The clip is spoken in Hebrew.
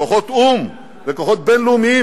כוחות או"ם וכוחות בין-לאומיים,